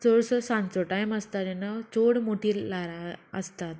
चडसो सांचो टायम आसता तेन्ना चड मोटी ल्हारां आसतात